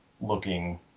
looking